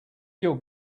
your